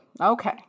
Okay